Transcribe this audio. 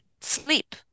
sleep